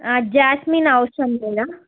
jasmine అవసరం లేదా